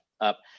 up